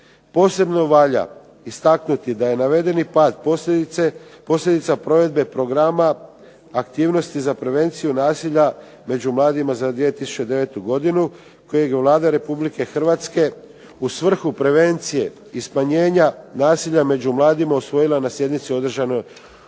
Posebno valja istaknuti da je navedeni pad posljedica provedbe programa aktivnosti za prevenciju nasilja među mladima za 2009. godinu kojeg je Vlada Republike Hrvatske u svrhu prevencije i smanjenja nasilja među mladima usvojila na sjednici održanoj